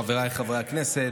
חבריי חברי הכנסת,